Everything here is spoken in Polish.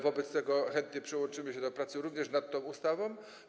Wobec tego chętnie przyłączymy się do pracy również nad tą ustawą.